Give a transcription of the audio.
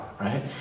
right